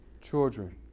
Children